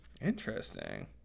interesting